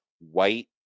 white